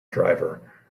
driver